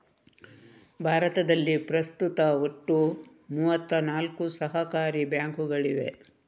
ಭಾರತದಲ್ಲಿ ಪ್ರಸ್ತುತ ಒಟ್ಟು ಮೂವತ್ತ ನಾಲ್ಕು ಸಹಕಾರಿ ಬ್ಯಾಂಕುಗಳಿವೆ